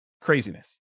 Craziness